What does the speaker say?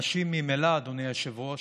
נשים ממילא, אדוני היושב-ראש,